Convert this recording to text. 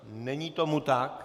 Není tomu tak.